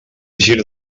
gir